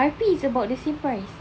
R_P is about the same price